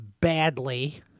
badly